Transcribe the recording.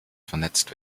vernetzt